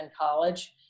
college